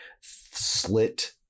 slit